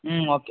ம் ஓகே